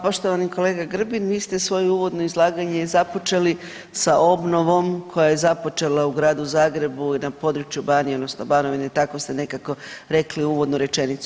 Poštovani kolega Grbin, vi ste svoje uvodno izlaganje započeli sa obnovom koja je započela u Gradu Zagrebu i na području Banije odnosno Banovine, tako ste nekako rekli uvodnu rečenicu.